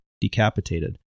decapitated